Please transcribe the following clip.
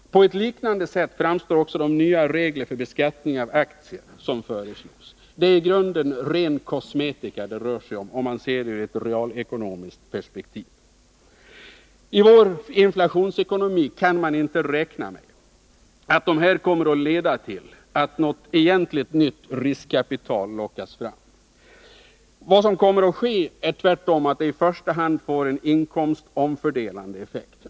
På ett liknande sätt framstår också de nya regler för beskattning av aktier som föreslås. Det är i grunden ren kosmetika det rör sig om, om man ser det i ett realekonomiskt perspektiv. I vår inflationsekonomi kan man inte räkna med att de kommer att leda till att något egentligt nytt riskkapital lockas fram. Vad som kommer att ske är tvärtom att det i första hand blir en inkomstomfördelande effekt.